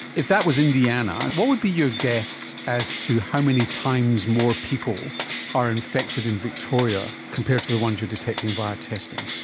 if that was indiana, what would be your guess as to how many times more people are infected in victoria compared to the ones you are detecting via testing?